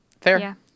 Fair